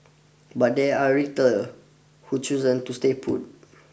but there are retailer who chosen to stay put